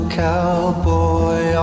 cowboy